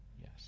Yes